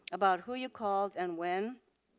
about who you called and when.